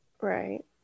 right